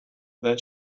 then